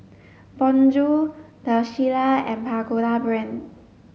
Bonjour The Shilla and Pagoda Brand